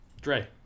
Dre